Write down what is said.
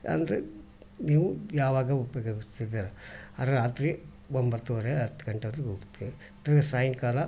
ಅಂದರೆ ನೀವು ಯಾವಾಗ ಉಪಯೋಗಿಸುತ್ತಿದ್ದೀರ ಆ ರಾತ್ರಿ ಒಂಬತ್ತುವರೆ ಹತ್ತು ಗಂಟೆವರೆಗೂ ಓಕೆ ತಿರುಗಾ ಸಾಯಂಕಾಲ